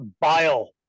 Bile